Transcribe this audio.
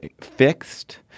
fixed